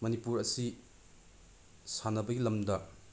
ꯃꯅꯤꯄꯨꯔ ꯑꯁꯤ ꯁꯥꯟꯅꯕꯒꯤ ꯂꯝꯗ